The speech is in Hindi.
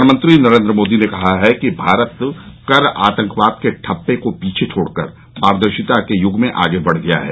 प्रधानमंत्री नरेन्द्र मोदी ने कहा है कि भारत कर आतंकवाद के ठप्पे को पीछे छोडकर कर पारदर्शिता के युग में आगे बढ गया है